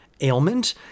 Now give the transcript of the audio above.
ailment